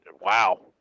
Wow